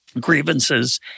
grievances